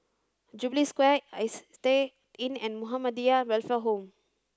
Jubilee Square Istay Inn and Muhammadiyah Welfare Home